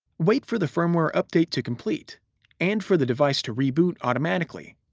wait for the firmware update to complete and for the device to re-boot automatically.